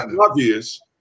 obvious